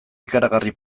ikaragarri